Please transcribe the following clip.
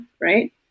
right